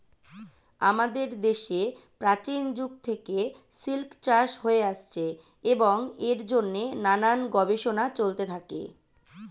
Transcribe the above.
আমাদের দেশে প্রাচীন যুগ থেকে সিল্ক চাষ হয়ে আসছে এবং এর জন্যে নানান গবেষণা চলতে থাকে